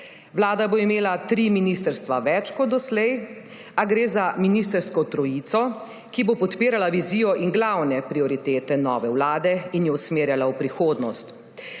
Vlada bo imela tri ministrstva več kot doslej, a gre za ministrsko trojico, ki bo podpirala vizijo in glavne prioritete nove vlade in jo usmerjala v prihodnost.